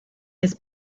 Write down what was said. his